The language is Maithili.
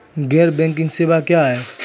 गैर बैंकिंग सेवा क्या हैं?